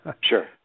Sure